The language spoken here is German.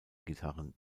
gitarren